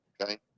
okay